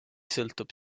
sõltub